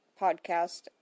podcast